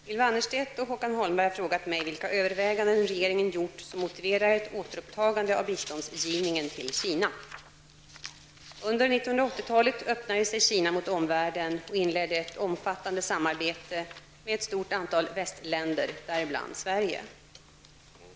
Herr talman! Ylva Annerstedt och Håkan Holmberg har frågat mig vilka överväganden regeringen gjort som motiverar ett återupptagande av biståndsgivningen till Kina. Under 1980-talet öppnade sig Kina mot omvärlden och inledde ett omfattande samarbete med ett stort antal västländer, däribland Sverige.